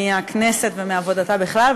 לכנסת ולעבודת הכנסת בכלל,